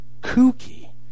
kooky